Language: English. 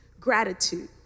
Gratitude